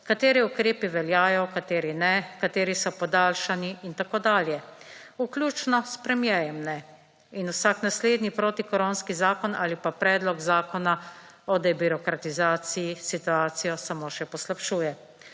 kateri ukrepi veljajo kateri ne, katero so podaljšani in tako dalje. Vključno s premierjem ne in vsak naslednji protikoronski zakon ali pa Predlog Zakona o debirokratizaciji situacijo samo še poslabšuje.